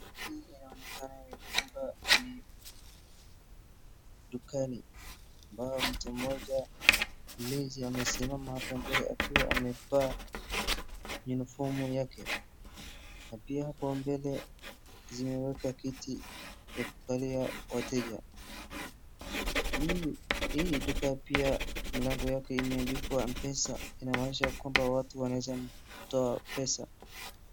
Hii inaonekana ya kwamba ni dukani, ambaye mtu mmoja mlezi amesimama hapo mbele akiwa amevaa yunifomu yake na pia hapo mbele imewekwa kiti ya kukalia wateja. Hii duka pia mlango yake imeandikwa mpesa inamaanisha ya kwamba watu wanaweza toa pesa.